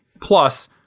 Plus